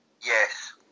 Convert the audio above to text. Yes